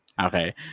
okay